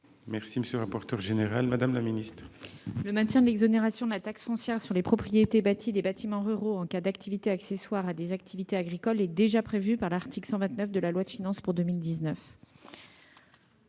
est l'avis du Gouvernement ? Le maintien de l'exonération de la taxe foncière sur les propriétés bâties des bâtiments ruraux en cas d'activités accessoires à des activités agricoles est déjà prévu par l'article 129 de la loi de finances pour 2019.